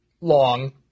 long